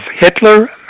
Hitler